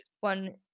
One